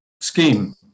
scheme